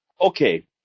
Okay